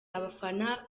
abafana